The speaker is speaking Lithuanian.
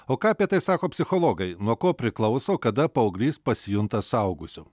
o ką apie tai sako psichologai nuo ko priklauso kada paauglys pasijunta suaugusiu